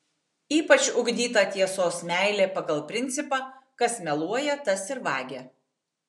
ypač ugdyta tiesos meilė pagal principą kas meluoja tas ir vagia